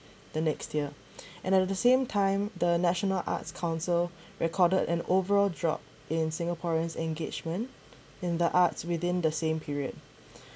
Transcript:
the next year and at the same time the national arts council recorded an overall drop in singaporeans engagement in the arts within the same period